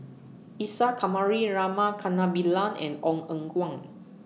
Isa Kamari Rama Kannabiran and Ong Eng Guan